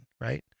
right